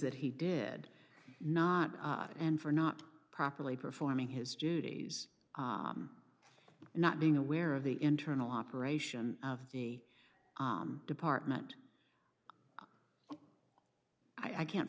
that he did not and for not properly performing his duties and not being aware of the internal operation of the aam department i can't